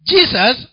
Jesus